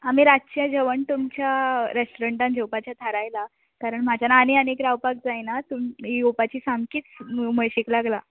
आमी रातचें जेवण तुमच्या रेस्टोरंटान जेवपाचें थारायलां कारण म्हाज्यान आनी आनी रावपाक जायना येवपाची सामकीच उमळशीक लागल्या